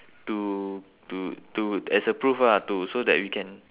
to to to as a proof lah to so that we can